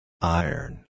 Iron